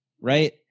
right